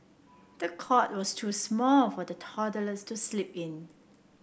the cot was too small for the toddlers to sleep in